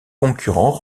concurrents